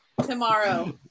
tomorrow